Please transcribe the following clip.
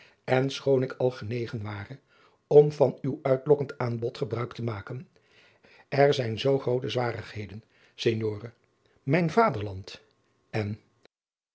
en schoon ik al genegen ware om van uw uitlokkend aanbod gebruik te maken er zijn zoo groote zwarigheden signore mijn vaderland en